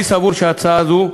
אני סבור שהצעה זו,